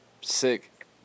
sick